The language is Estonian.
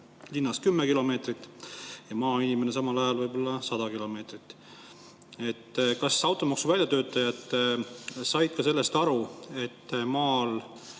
linnas 10 kilomeetrit ja maainimene samal ajal võib-olla 100 kilomeetrit. Kas automaksu väljatöötajad said ka sellest aru, et maal